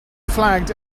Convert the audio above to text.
flagged